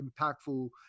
impactful